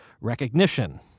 Recognition